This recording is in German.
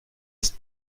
ist